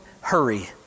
hurry